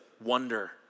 wonder